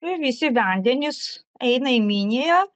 nu ir visi vendenys eina į miniją